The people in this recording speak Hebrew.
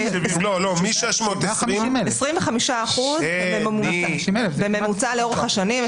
לא, מ-620,000 --- 25% זה בממוצע לאורך השנים.